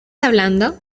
hablando